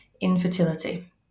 infertility